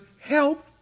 help